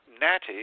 natty